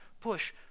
push